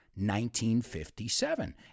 1957